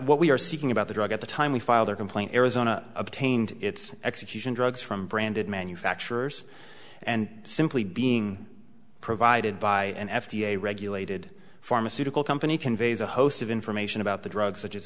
what we are seeking about the drug at the time we filed a complaint arizona obtained its execution drugs from branded manufacturers and simply being provided by an f d a regulated pharmaceutical company conveys a host of information about the drugs such as